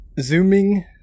Zooming